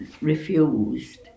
refused